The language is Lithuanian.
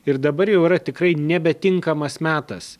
ir dabar jau yra tikrai nebetinkamas metas